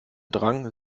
drang